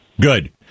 good